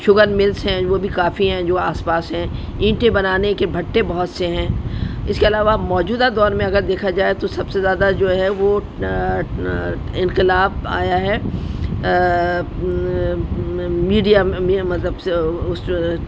sugar mills ہیں وہ بھی کافی ہیں جو آس پاس ہیں اینٹیں بنانے کے بھٹے بہت سے ہیں اس کے علاوہ موجودہ دور میں اگر دیکھا جائے تو سب سے زیادہ جو ہے وہ انقلاب آیا ہے میڈیم مطلب سے اس